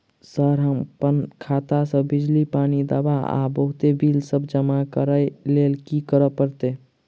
Sir अप्पन खाता सऽ बिजली, पानि, दवा आ बहुते बिल सब जमा करऽ लैल की करऽ परतै?